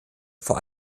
vor